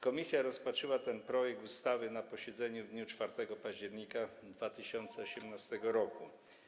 Komisja rozpatrzyła ten projekt ustawy na posiedzeniu w dniu 4 października 2018 r.